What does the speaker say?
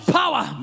power